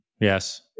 yes